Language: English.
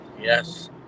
Yes